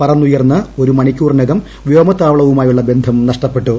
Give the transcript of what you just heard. പറന്നുയർന്ന് ഒരു മണിക്കൂറിനകം വ്യോമത്താവളവുമായുള്ള ബന്ധം നഷ്ടപ്പെട്ടു